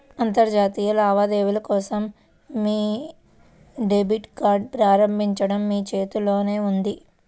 అంతర్జాతీయ లావాదేవీల కోసం మీ డెబిట్ కార్డ్ని ప్రారంభించడం మీ చేతుల్లోనే ఉంది